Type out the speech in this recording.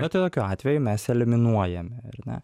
na tai tokiu atveju mes eliminuojame ar ne